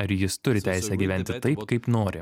ar jis turi teisę gyventi taip kaip nori